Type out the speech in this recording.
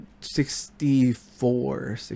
Sixty-four